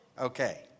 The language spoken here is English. Okay